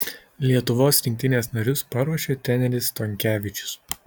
lietuvos rinktinės narius paruošė treneris stonkevičius